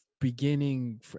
beginning